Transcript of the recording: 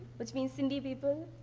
but i mean sindhi people.